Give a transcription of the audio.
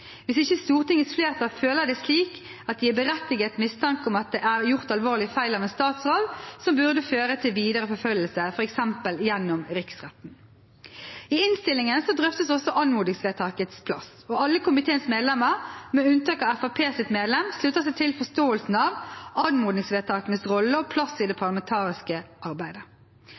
hvis ikke Stortingets flertall føler det slik at det er berettiget mistanke om at det er gjort alvorlige feil av en statsråd som burde føre til videre forfølgelse, f.eks. gjennom riksretten.» I innstillingen drøftes også anmodningsvedtakets plass. Alle komiteens medlemmer, med unntak av Fremskrittspartiets medlem, slutter seg til forståelsen av anmodningsvedtakenes rolle og plass i det parlamentariske arbeidet.